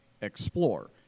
explore